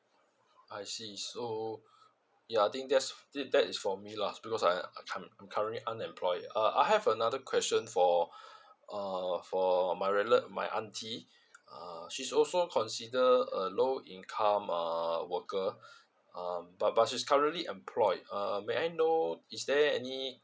I see so ya I think that's that is for me lah because uh I'm currently unemployed uh I have another question for uh for my rela~ my aunty uh she's also consider a low income uh worker uh but but she's currently employed uh may I know is there any